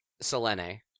Selene